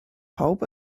pawb